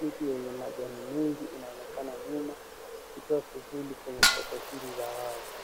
Miti yenye majani mengi inaonekana nyuma ikitoa kivuli kwenye soko hili la wazi.